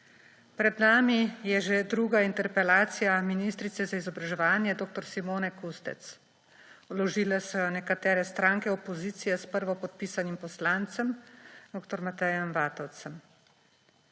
Pred nami je že druga interpelacija ministrice za izobraževanje dr. Simone Kustec. Vložile so jo nekatere stranke opozicije s prvopodpisanim poslancem dr. Matejem Vatovcem.